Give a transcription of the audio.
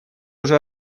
уже